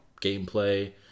gameplay